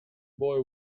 boy